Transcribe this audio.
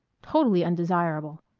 totally undesirable!